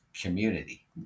community